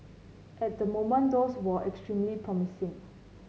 at the moment these are extremely promising